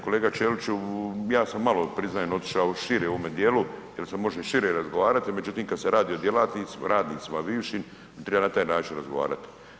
Kolega Ćeliću, ja sam malo priznajem otišao šire u ovome dijelu jer se može i šire razgovarati, međutim kad se radi o djelatnicima, radnicima bivšim i treba na taj način razgovarati.